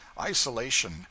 isolation